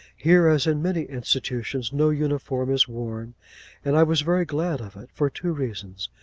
here, as in many institutions, no uniform is worn and i was very glad of it, for two reasons.